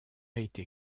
été